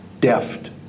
deft